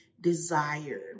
desire